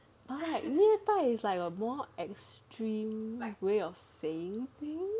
虐待 is like a more extreme way of saying